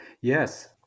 yes